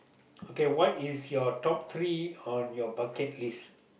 okay what is your top three on your bucket list